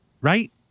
right